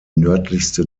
nördlichste